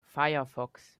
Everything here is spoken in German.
firefox